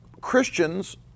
Christians